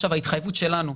ההתחייבות שלנו,